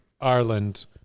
Ireland